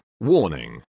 Warning